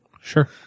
Sure